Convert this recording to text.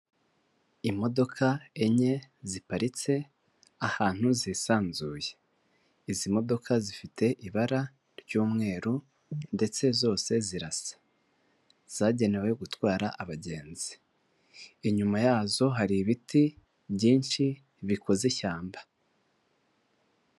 Imodoka enye ziparitse ahantu zisanzuye. Izi modoka zifite ibara ry'umweru, ndetse zose zirasa. Zagenewe gutwara abagenzi. Inyuma yazo hari ibiti byinshi, bikoze ishyamba.